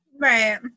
Right